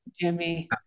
Jimmy